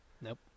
Nope